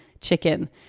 chicken